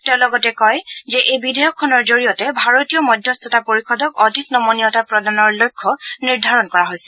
তেওঁ লগতে কয় যে এই বিধেয়কখনৰ জৰিয়তে ভাৰতীয় মধ্যস্থতা পৰিষদক অধিক নমনীয়তা প্ৰদানৰ লক্ষ্য নিৰ্ধাৰণ কৰা হৈছে